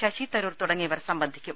ശശിതരൂർ തുടങ്ങിയവർ സംബന്ധിക്കും